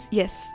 yes